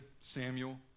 Samuel